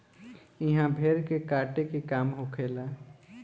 इहा भेड़ के काटे के काम होखेला